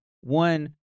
One